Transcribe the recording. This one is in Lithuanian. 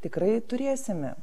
tikrai turėsime